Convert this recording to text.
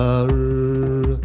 er